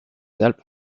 alpes